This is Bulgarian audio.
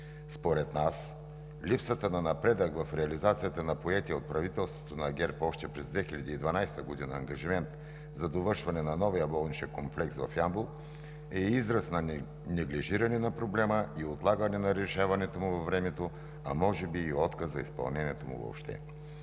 Според нас липсата на напредък в реализацията на поетия от правителството на ГЕРБ още през 2012 г. ангажимент за довършване на новия болничен комплекс в Ямбол е израз на неглижиране на проблема и отлагане на решаването му във времето, а може би и отказ за изпълнението му въобще.